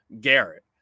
Garrett